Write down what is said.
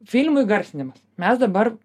filmų įgarsinimas mes dabar